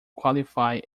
qualify